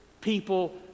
people